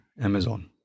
Amazon